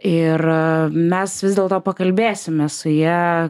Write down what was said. ir mes vis dėlto pakalbėsime su ja